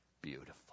Beautiful